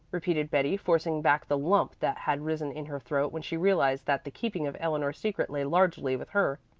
repeated betty, forcing back the lump that had risen in her throat when she realized that the keeping of eleanor's secret lay largely with her,